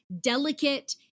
delicate